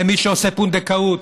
למי שעושה פונדקאות,